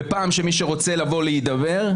מי שרוצה לבוא להידבר,